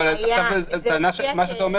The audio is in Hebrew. אבל תראו כמה הם הצטמצמו,